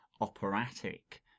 operatic